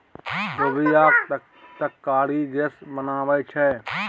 लोबियाक तरकारी गैस बनाबै छै